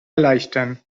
erleichtern